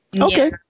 okay